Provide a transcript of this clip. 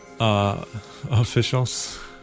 officials